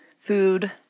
food